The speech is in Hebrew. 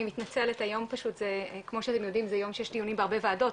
אני מתנצלת היום פשוט כמו שאתם יודעים שיש דיונים בהרבה וועדות,